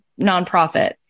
nonprofit